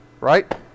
right